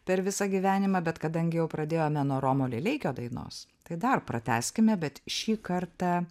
per visą gyvenimą bet kadangi jau pradėjome nuo romo lileikio dainos tai dar pratęskime bet šį kartą